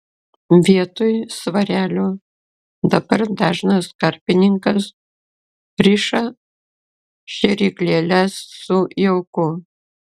vietoj svarelių dabar dažnas karpininkas riša šėryklėles su jauku